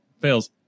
fails